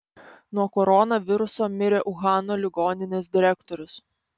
nuo koronaviruso mirė uhano ligoninės direktorius